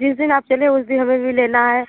जिस दिन आप चलें उस दिन हमें भी लेना है